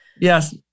Yes